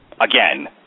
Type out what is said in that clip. Again